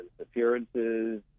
appearances